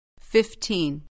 Fifteen